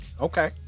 okay